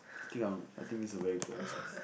I think I would I think it's a very good advice